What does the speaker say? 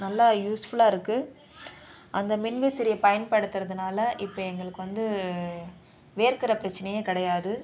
நல்லா யூஸ்ஃபுல்லாக இருக்குது அந்த மின்விசிறியை பயப்படுத்துகிறதுனால இப்போ எங்களுக்கு வந்து வேர்க்கிற பிரச்சினையே கிடையாது